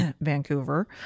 Vancouver